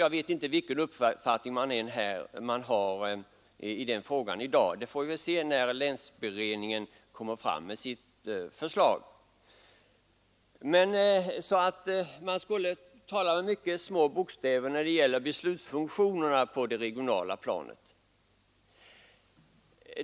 Jag vet inte vilken uppfattning man har i den frågan i dag — det får vi väl se när länsberedningen lägger fram sitt förslag — men man borde tala med små bokstäver när det gäller beslutsfunktionerna på det regionala planet.